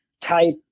type